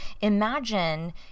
imagine